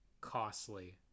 costly